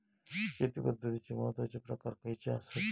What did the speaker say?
शेती पद्धतीचे महत्वाचे प्रकार खयचे आसत?